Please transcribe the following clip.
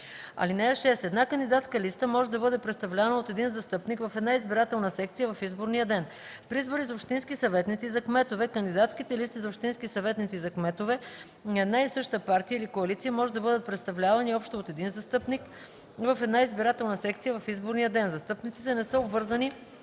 (6) Една кандидатска листа може да бъде представлявана от един застъпник в една избирателна секция в изборния ден. При избори за общински съветници и за кметове кандидатските листи за общински съветници и за кметове на една и съща партия или коалиция може да бъдат представлявани общо от един застъпник в една избирателна секция в изборния ден. Застъпниците не са обвързани